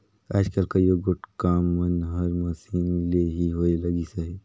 आएज काएल कइयो गोट काम मन हर मसीन ले ही होए लगिस अहे